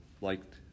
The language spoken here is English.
liked